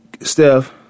Steph